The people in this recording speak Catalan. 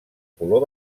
color